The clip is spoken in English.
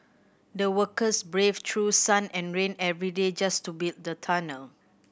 the workers braved through sun and rain every day just to build the tunnel